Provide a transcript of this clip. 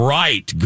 right